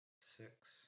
six